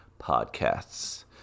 podcasts